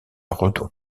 redon